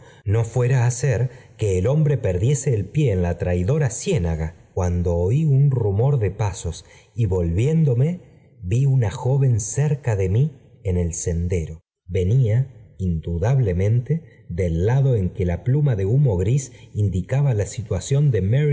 no fuera a ser que el hombre perdiese el pie en la traicuan do oí un rumor de pasos y volviéndome vi una joven cerca de mí en el sendero venía indudablemente del lado en que la pluma de humo gris indicaba la situación de